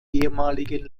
ehemaligen